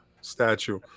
statue